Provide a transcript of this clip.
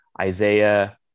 Isaiah